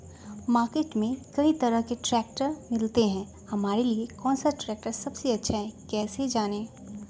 Market में कई तरह के ट्रैक्टर मिलते हैं हमारे लिए कौन सा ट्रैक्टर सबसे अच्छा है कैसे जाने?